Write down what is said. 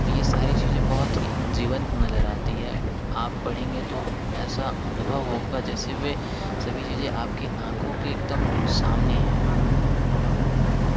यह सारी चीजें बहोत ही जीवंत नज़र आती है आप पढ़ेंगे तो ऐसा अनुभव होगा जैसे वे सभी चीज़ें आपके आँखों के एकदम सामने है